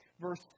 Verse